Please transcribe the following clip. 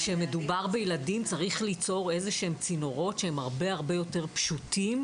אז כשמדובר בילדים צריך ליצור איזשהם צינורות שהם הרבה יותר פשוטים,